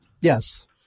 Yes